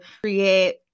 create